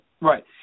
Right